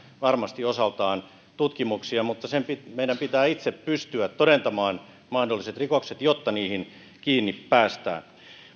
varmasti osaltaan käynnistämään tutkimuksia mutta meidän pitää itse pystyä todentamaan mahdolliset rikokset jotta niihin kiinni päästään